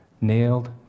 nailed